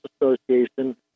Association